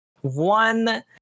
one